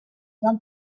van